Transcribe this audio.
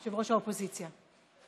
יושב-ראש האופוזיציה.